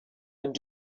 would